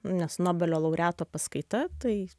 nes nobelio laureato paskaita tai